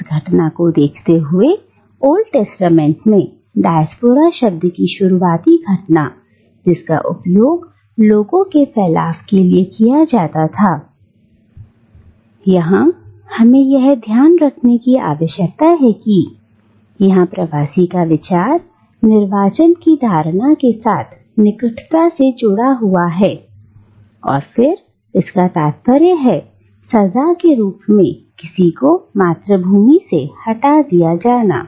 इस घटना को देखते हुए ओल्ड टेस्टामेंट में डायस्पोरा शब्द की शुरुआती घटना जिसका उपयोग लोगों के फैला के लिए किया जाता था यहां हमें यह ध्यान रखने की आवश्यकता है कि यहां प्रवासी का विचार निर्वाचन की धारणा के साथ निकटता से जुड़ा हुआ है या फिर इसका तात्पर्य है सजा के रूप में किसी को मातृभूमि से हटा दिया जाना